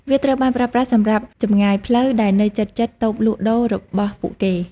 វាត្រូវបានប្រើប្រាស់សម្រាប់ចម្ងាយផ្លូវដែលនៅជិតៗតូបលក់ដូររបស់ពួកគេ។